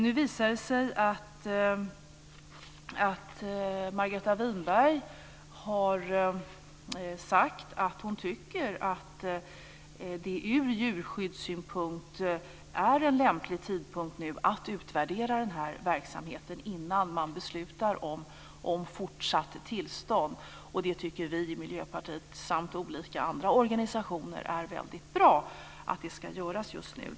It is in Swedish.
Nu har Margareta Winberg sagt att hon tycker att det är en lämplig tidpunkt ur djurskyddssynpunkt att nu utvärdera den här verksamheten innan man beslutar om fortsatt tillstånd. Det tycker vi i Miljöpartiet samt olika andra organisationer är väldigt bra.